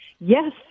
yes